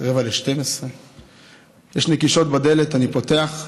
23:45. יש נקישות בדלת, אני פותח,